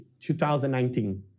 2019